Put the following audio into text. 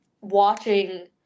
watching